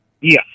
yes